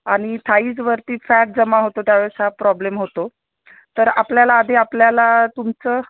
आणि थाईजवरती फॅट जमा होतो त्यावेळेस हा प्रॉब्लेम होतो तर आपल्याला आधी आपल्याला तुमचं